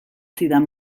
zidan